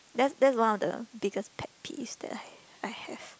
that's that's one of the biggest pet peeves that I I have